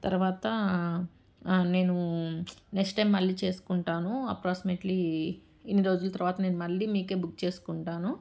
తర్వాత నేను next time మళ్ళీ చేసుకుంటాను అప్రాక్సిమేట్లీ ఇన్ని రోజుల తర్వాత నేను మళ్ళీ మీకే బుక్ చేసుకుంటాను